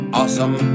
awesome